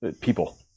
people